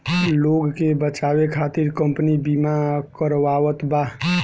लोग के बचावे खतिर कम्पनी बिमा करावत बा